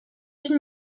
d’une